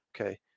okay